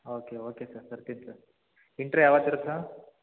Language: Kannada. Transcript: ಓಕೆ ಓಕೆ ಸರ್ ಬರ್ತೀನಿ ಸರ್ ಇಂಟರ್ವ್ಯೂ ಯಾವತ್ತು ಇರತ್ತೆ ಸರ್